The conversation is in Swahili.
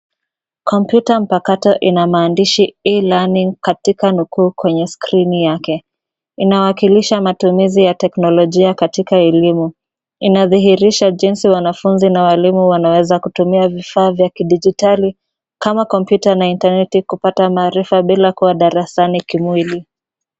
Kompyuta mpakato ina maandishi e-learning katika nukuu kwenye skrini yake. Inawakilisha matumizi ya teknolojia katika elimu. Inadhirisha jinsi wanafunzi na walimu wanaweza kutumia vifaa vya kidijitali kama kompyuta na intaneti kupata maarifa bila kuwa darasani kimwili.